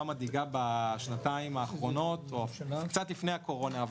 מדאיגה בשנתיים האחרונות או קצת לפני הקורונה,